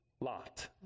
lot